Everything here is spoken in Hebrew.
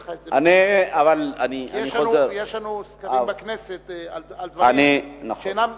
יש לנו סקרים בכנסת על דברים שאינם על-מפלגתיים.